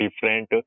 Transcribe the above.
different